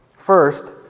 First